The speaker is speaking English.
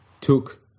took